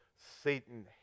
Satan